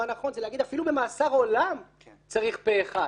האחרון היא להגיד שאפילו במאסר עולם צריך פה אחד.